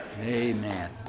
Amen